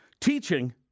Teaching